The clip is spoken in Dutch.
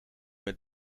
met